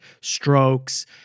strokes